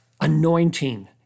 anointing